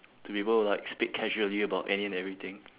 to be able to like speak casually about any and everything